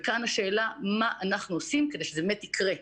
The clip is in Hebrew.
כאן השאלה מה אנחנו עושים כדי שזה באמת יקרה.